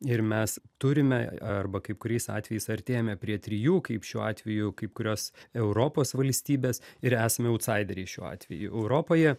ir mes turime arba kaip kuriais atvejais artėjame prie trijų kaip šiuo atveju kaip kurios europos valstybės ir esame autsaideriai šiuo atveju europoje